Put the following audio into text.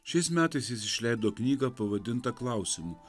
šiais metais jis išleido knygą pavadintą klausimu